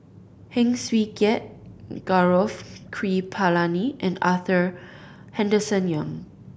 Heng Swee Keat Gaurav Kripalani and Arthur Henderson Young